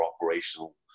operational